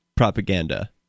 propaganda